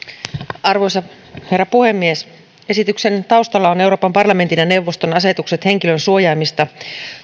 arvoisa herra puhemies esityksen taustalla on euroopan parlamentin ja neuvoston asetukset henkilönsuojaimista